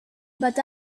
but